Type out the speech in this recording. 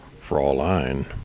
Fraulein